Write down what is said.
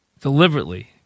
Deliberately